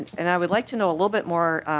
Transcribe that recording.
and i would like to know a little bit more.